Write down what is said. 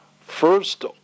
first